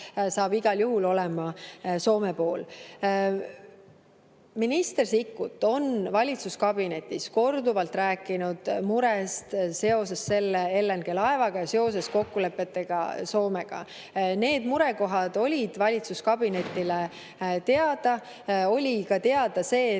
on igal juhul Soome pool. Minister Sikkut on valitsuskabinetis korduvalt rääkinud murest seoses LNG-laevaga ja seoses kokkulepetega Soomega. Need murekohad olid valitsuskabinetile teada. Oli ka teada see,